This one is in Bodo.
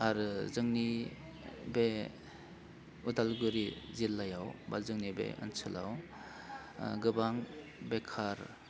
आरो जोंनि बे अदालगुरि जिल्लायाव बा जोंनि बे ओनसोलाव गोबां बेखार